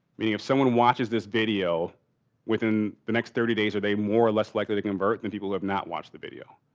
meaning if someone watches this video within the next thirty days, are they more or less likely to convert than people who have not watched the video?